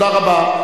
תודה רבה.